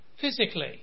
physically